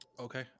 Okay